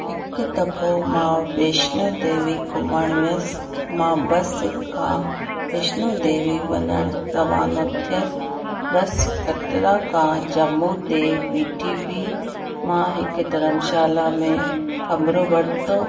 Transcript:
हिकु दफ़ो मां वैष्णू देवी घुमण वियसि मां बस खां वैष्णू देवी वञणु रवानो थियसि बस कतरा खां जम्मू ते बीठी हुई मां हिकु धर्मशाला में कमरो वरितो